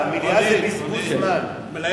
חברי כנסת שאומרים מליאה,